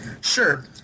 Sure